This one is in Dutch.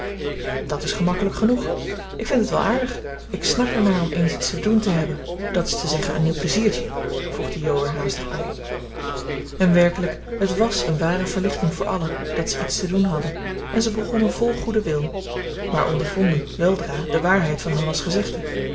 dat is gemakkelijk genoeg ik vind het wel aardig ik snak er naar om eens iets te doen te hebben dat is te zeggen een nieuw pleziertje voegde jo er haastig bij en werkelijk het was een ware verlichting voor allen dat ze iets te doen hadden en ze begonnen vol goeden wil maar ondervonden weldra de waarheid van hanna's